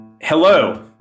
Hello